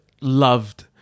loved